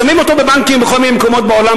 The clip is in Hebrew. שמים אותו בבנקים בכל מיני מקומות בעולם